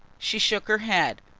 she shook her head.